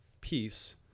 peace